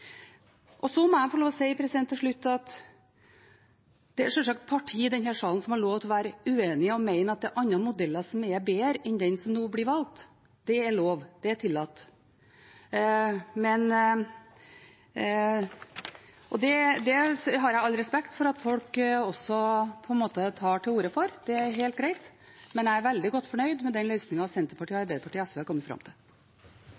Så må jeg få lov til å si til slutt at det sjølsagt er parti i salen som har lov til å være uenig og mene at det er andre modeller som er bedre enn den som nå blir valgt. Det er lov, det er tillatt. Det har jeg all respekt for at folk tar til orde for, og det er helt greit, men jeg er veldig godt fornøyd med den løsningen Senterpartiet, Arbeiderpartiet og SV har kommet fram til.